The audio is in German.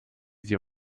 sich